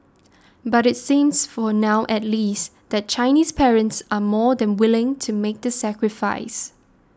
but it seems for now at least that Chinese parents are more than willing to make the sacrifice